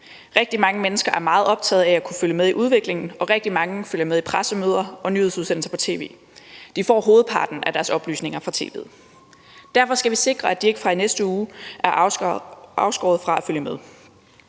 Rigtig mange mennesker er meget optaget af at kunne følge med i udviklingen, og rigtig mange følger med i pressemøder og nyhedsudsendelser på tv. De får hovedparten af deres oplysninger fra tv'et, og derfor skal vi sikre, at de ikke fra næste uge er afskåret fra at følge med.